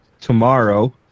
tomorrow